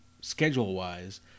schedule-wise